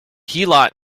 heelot